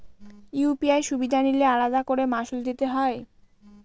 UPI সুবিধা নিলে আলাদা করে মাসুল দিতে হয়?